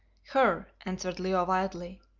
her, answered leo wildly,